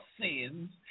sins